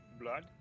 blood